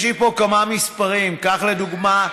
יש לי פה כמה מספרים: לדוגמה,